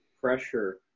pressure